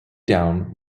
down